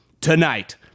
tonight